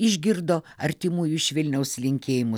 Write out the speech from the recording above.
išgirdo artimųjų iš vilniaus linkėjimus